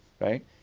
right